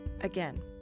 Again